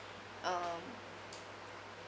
um